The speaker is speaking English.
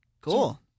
Cool